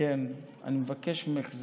אני מבקש ממך,